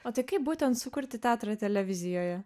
o tai kaip būtent sukurti teatrą televizijoje